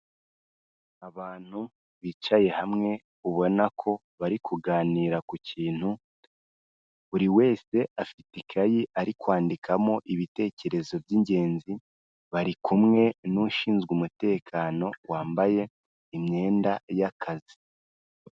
Abantu bicaye hamwe ubona ko bari kuganira ku kintu, buri wese afite ikayi ari kwandikamo ibitekerezo by'ingenzi, bari kumwe n'ushinzwe umutekano wambaye imyenda y'akazi.